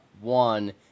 one